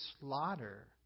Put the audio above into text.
slaughter